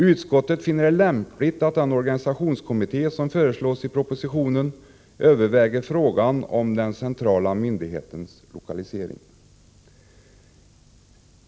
Utskottet finner det lämpligt att den organisationskommitté som föreslås i propositionen överväger frågan om den centrala myndighetens lokalisering.